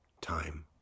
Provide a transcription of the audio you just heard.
time